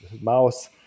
mouse